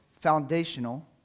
foundational